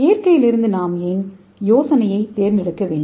இயற்கையிலிருந்து நாம் ஏன் யோசனையைத் தேர்ந்தெடுக்கவேண்டும்